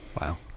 Wow